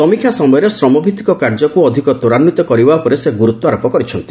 ସମୀକ୍ଷା ସମୟରେ ଶ୍ରମଭିଉିକ କାର୍ଯ୍ୟକୁ ଅଧିକ ତ୍ୱରାନ୍ୱିତ କରିବା ଉପରେ ସେ ଗୁରୁତ୍ୱାରୋପ କରିଛନ୍ତି